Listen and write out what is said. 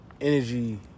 energy